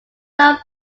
than